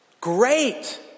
Great